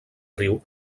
riu